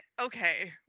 okay